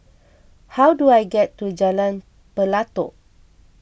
how do I get to Jalan Pelatok